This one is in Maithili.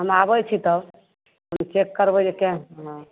हम आबै छी तब चेक करबै जे केहन हँ